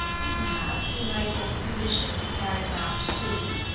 and perhaps he might get the commission to carry them out, too.